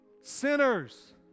Sinners